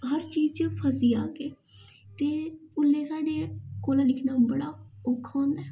हर चीज च फसी जागे ते उल्लै साढ़े कोला लिखना बड़ा औखा होंदा ऐ